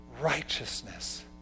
righteousness